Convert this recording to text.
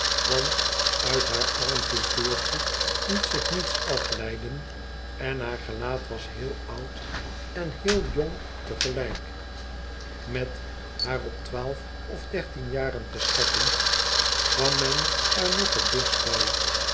want uit haar arm figuurtje liet zich niets aüeiden en haar gelaat as heel oud en heel jong te gelijk met haar op twaalf of dertien jaren te schatten kwam men er nog het dichtst bij